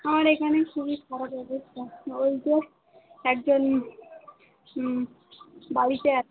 আমার এখানে খুবই খারাপ অবস্থা ওই যে একজন বাড়িতে আ